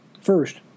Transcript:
First